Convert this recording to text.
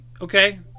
Okay